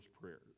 prayers